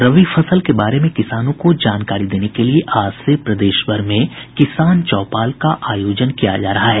रबी फसल के बारे में किसानों को जानकारी देने के लिये आज से प्रदेशभर में किसान चौपाल का आयोजन किया जा रहा है